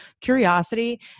Curiosity